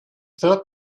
third